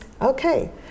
Okay